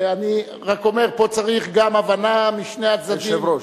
אני רק אומר: פה צריך גם הבנה משני הצדדים.